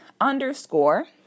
underscore